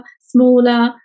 smaller